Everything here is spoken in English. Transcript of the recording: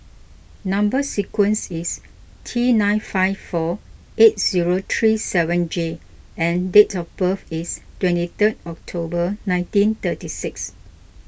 Number Sequence is T nine five four eight zero three seven J and date of birth is twenty third October nineteen thirty six